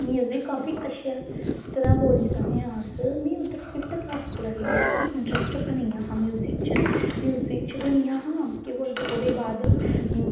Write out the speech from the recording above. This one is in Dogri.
म्यूजिक काफी अच्छा तरां बोली सकने अस में उध्दर फिफ्थ कलास कोला दा लेईयै गै इंट्रस्ट बनिया दा म्यूजिक बिच्च म्यूजिक च बनिया हा केह् बोलदे ओह्दे बाद